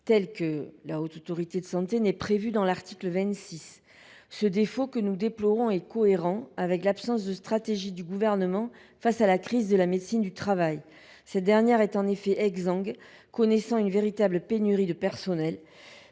telle que la Haute Autorité de santé, n’est prévue dans l’article 26. Ce défaut que nous déplorons est cohérent avec l’absence de stratégie du Gouvernement face à la crise de la médecine du travail. Cette dernière est en effet exsangue, car elle connaît une véritable pénurie de personnel.